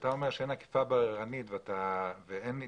כשאתה אומר שאין אכיפה בררנית ואין התערבות,